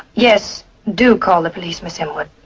yes, do call the police miss inwood.